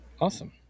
Awesome